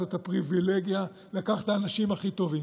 יש לו את הפריבילגיה לקחת את האנשים הכי טובים.